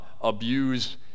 abuse